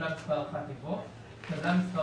מספר 1 יבוא: "טבלה מספר